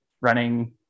running